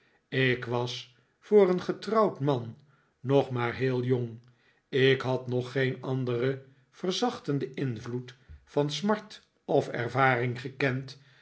ik was voor een getrouwd man nog maar heel jong ik had nog geen anderen verzachtenden invloed van smart of ervaring gekend